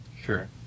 sure